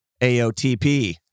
AOTP